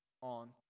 on